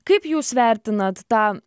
kaip jūs vertinat tą